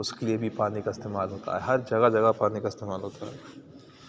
اس کے لیے بھی پانی کا استعمال ہوتا ہے ہر جگہ جگہ پانی کا استعمال ہوتا ہے